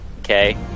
Okay